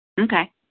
Okay